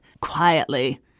quietly